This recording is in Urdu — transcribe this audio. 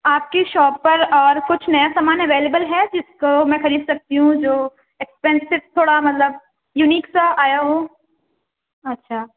آپ کی شاپ پر اور کچھ نیا سامان اویلیبل ہے جس کو میں خرید سکتی ہوں جو ایکسپینسیو تھوڑا مطلب یونیک سا آیا ہو اچھا